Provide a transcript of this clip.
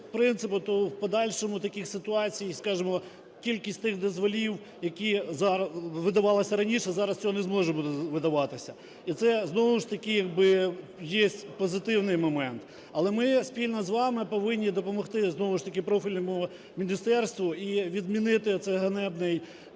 принципу, то в подальшому таких ситуацій, скажемо, кількість тих дозволів, які видавалися раніше, зараз цього не може видаватися. І це, знову ж таки, як би є позитивний момент. Але ми спільно з вами повинні допомогти знову ж таки профільному міністерству і відмінити цей ганебний